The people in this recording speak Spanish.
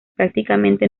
prácticamente